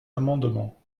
amendement